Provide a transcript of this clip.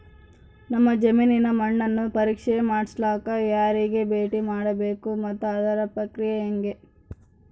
ನಮ್ಮ ಜಮೇನಿನ ಮಣ್ಣನ್ನು ಪರೇಕ್ಷೆ ಮಾಡ್ಸಕ ಯಾರಿಗೆ ಭೇಟಿ ಮಾಡಬೇಕು ಮತ್ತು ಅದರ ಪ್ರಕ್ರಿಯೆ ಹೆಂಗೆ?